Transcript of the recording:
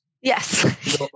Yes